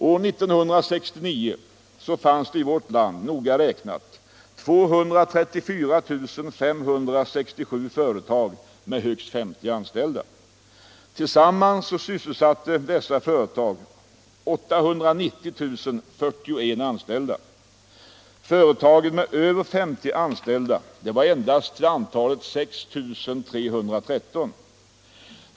År 1969 fanns det i vårt land 234 567 företag med högst 50 anställda. Tillsammans sysselsatte dessa företag 890 041 anställda. Företagen med över 50 anställda var till antalet endast 6 313.